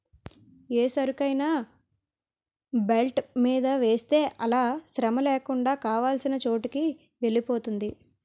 ఏ సరుకైనా బెల్ట్ మీద వేస్తే అలా శ్రమలేకుండా కావాల్సిన చోటుకి వెలిపోతుంది